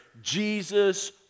jesus